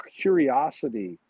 curiosity